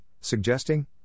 suggesting